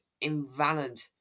invalid